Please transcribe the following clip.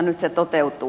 nyt se toteutuu